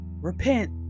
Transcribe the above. repent